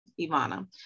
Ivana